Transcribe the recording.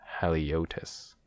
Haliotis